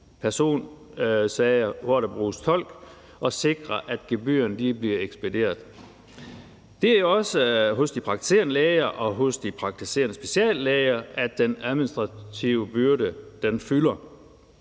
personsager, hvor der bruges tolk, og sikre, at gebyrerne bliver ekspederet. Det er også hos de praktiserende læger og hos de praktiserende speciallæger, at den administrative byrde fylder.